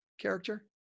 Character